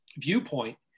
viewpoint